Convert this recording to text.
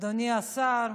אדוני השר,